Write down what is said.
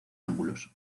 ángulos